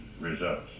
results